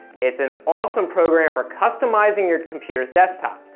it's an awesome program for customizing your computer's desktop.